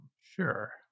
Sure